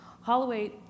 Holloway